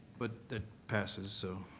but that passes so